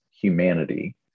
humanity